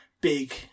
big